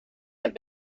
have